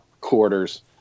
quarters